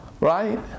Right